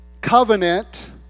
covenant